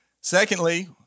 Secondly